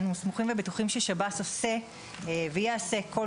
אנו סמוכים ובטוחים ששב"ס עושה ויעשה כל